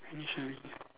finish already ah